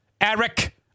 Eric